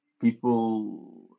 people